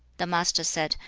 the master said,